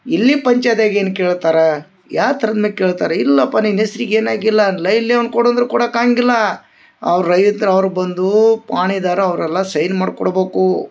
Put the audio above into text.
ಇಲ್ಲಿ ಪಂಚಾಯ್ತ್ಯಾಗ ಏನು ಕೇಳ್ತಾರ ಯಾ ಥರನೆ ಕೇಳ್ತಾರ ಇಲ್ಲಪ್ಪ ನಿನ್ನ ಹೆಸ್ರಿಗ ಏನು ಆಗಿಲ್ಲ ಅಲ್ಲ ಇಲ್ಲೆ ಒಂದು ಕೊಡು ಅಂದ್ರ ಕೊಡಾಕ ಆಗಂಗಿಲ್ಲ ಅವ್ರ ರೈತ್ರ ಅವ್ರ ಬಂದೂ ಪಹಣಿದಾರ ಅವ್ರಲ್ಲ ಸೈನ್ ಮಾಡ್ಕೊಡ್ಬಕು